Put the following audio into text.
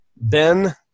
ben